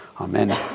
Amen